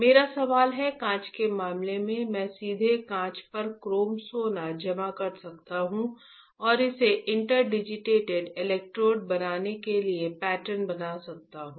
मेरा सवाल है कांच के मामले में मैं सीधे कांच पर क्रोम सोना जमा कर सकता हूं और इसे इंटरडिजिटेड इलेक्ट्रोड बनाने के लिए पैटर्न बना सकता हूं